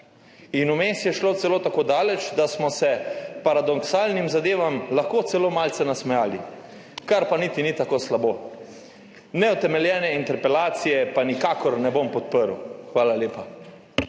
In vmes je šlo celo tako daleč, da smo se paradoksalnim zadevam lahko celo malce nasmejali, kar pa niti ni tako slabo. Neutemeljene interpelacije pa nikakor ne bom podprl. Hvala lepa.